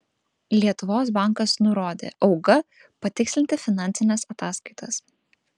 lietuvos bankas nurodė auga patikslinti finansines ataskaitas